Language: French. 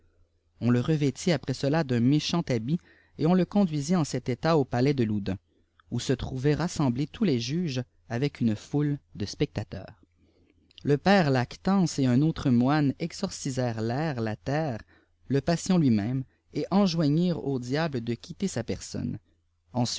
on le métit prè cela d'un méchant habit et on le conduisit en ceé état m pakis de loudun où se trouvaient rassemblés t les juge avec une foute de spectateurs le père lactance et un autre moine exorekèrent l'air la terre le patient lui-môme et eojoignnrentaux diabtes de qiiîéter sa personne